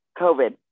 covid